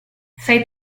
sei